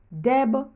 Deb